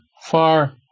far